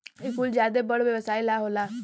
इ कुल ज्यादे बड़ व्यवसाई ला होला